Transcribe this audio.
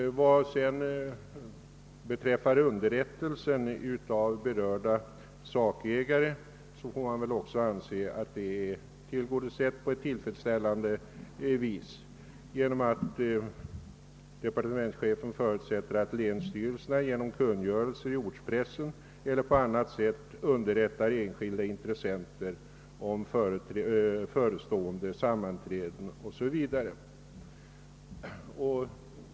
Vad sedan beträffar underrättelser till berörda sakägare får man väl anse att behovet är tillfredsställande tillgodosett genom att departementschefen förutsätter att länsstyrelsen genom kungörelse i ortspressen eller på annat sätt underrättar enskilda intressenter om förestående sammanträden o.s. v.